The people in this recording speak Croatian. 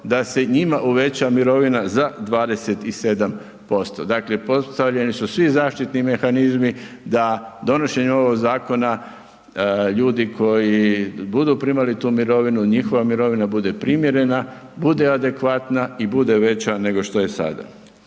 da se njima uveća mirovina za 27%. Dakle, postavljeni su svi zaštiti mehanizmi da donošenjem ovog zakona ljudi koji budu primali tu mirovinu njihova mirovina bude primjerena, bude adekvatna i bude veća nego što je sada.